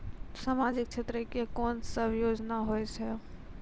समाजिक क्षेत्र के कोन सब योजना होय छै?